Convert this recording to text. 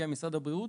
הגיע עם משרד הבריאות,